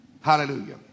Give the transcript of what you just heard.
Hallelujah